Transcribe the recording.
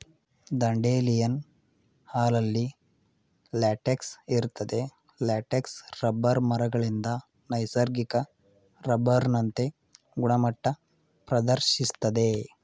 dandelion ಹಾಲಲ್ಲಿ latex ಇರ್ತದೆ latex rubber ಮರಗಳಿಂದ ನೈಸರ್ಗಿಕ ರಬ್ಬರ್ನಂತೆ ಗುಣಮಟ್ಟ ಪ್ರದರ್ಶಿಸ್ತದೆ